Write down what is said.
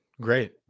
Great